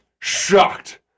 Shocked